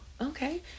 okay